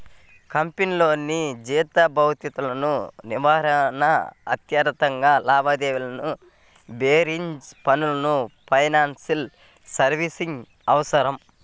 కంపెనీల్లో జీతభత్యాల నిర్వహణ, అంతర్గత లావాదేవీల బేరీజు పనులకు ఫైనాన్షియల్ సర్వీసెస్ అవసరం